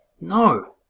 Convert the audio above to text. No